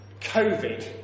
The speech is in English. COVID